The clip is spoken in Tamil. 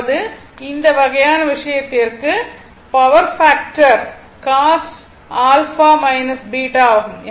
அதாவது இந்த வகையான விஷயத்திற்கு பவர் பாக்டர் cos ஆகும்